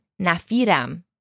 nafiram